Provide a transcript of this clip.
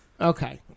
Okay